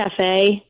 Cafe